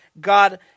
God